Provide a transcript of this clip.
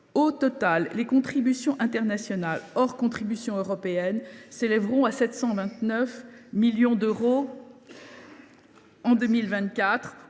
Au total, les contributions internationales, hors contributions européennes, s’élèveront à 729 millions d’euros en 2024,